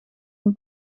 een